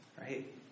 Right